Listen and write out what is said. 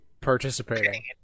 participating